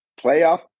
playoff